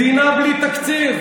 מדינה בלי תקציב,